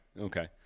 okay